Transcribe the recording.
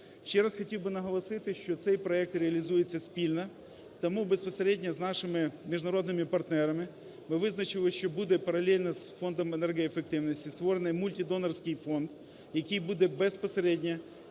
Ще раз хотів наголосити, що цей проект реалізується спільно, тому безпосередньо з нашими міжнародними партнерами ми визначили, що буде паралельно з Фондом енергоефективності створениймультидонорський фонд, який буде безпосередньо